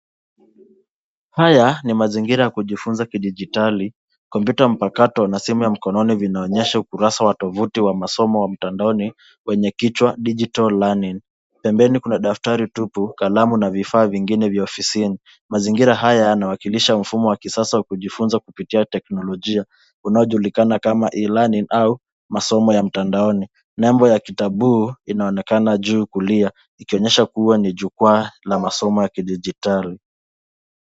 Haya ni mazingira ya kujifunza kidijitali kompyuta ya mpakato na simu ya mkononi vinaonyesha ukurasa wa tofauti wa masomo ya mtandaoni wenye kichwa digital learning pembeni kuna daftari tupu, kalamu na vifaa vingine vya ofisini. Mazingira haya yanawakilisha mfumo wa kisasa wa kujifunza kupitia teknolojia unaojulilana kama e-learning au masomo ya mtandaoni na alama ya kitaboo inaonekana juu kulia inaonyesha kuwa ni tovuti ya masomo ya kidijitali.